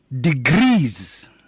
degrees